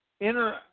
inner